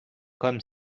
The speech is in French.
comme